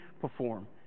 perform